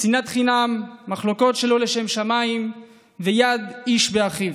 שנאת חינם, מחלוקות שלא לשם שמיים ויד איש באחיו.